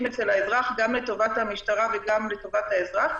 אצל האזרח גם לטובת המשטרה וגם לטובת האזרח.